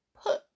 put